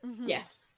yes